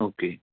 okay